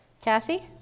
Kathy